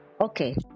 Okay